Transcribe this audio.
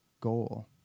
goal